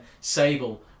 Sable